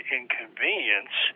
inconvenience